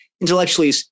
intellectually